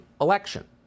election